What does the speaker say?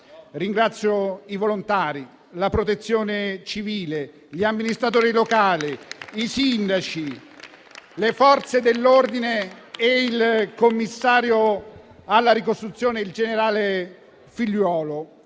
Ringrazio i volontari, la Protezione civile, gli amministratori locali, i sindaci, le Forze dell'ordine e il commissario alla ricostruzione, il generale Figliuolo.